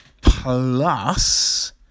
Plus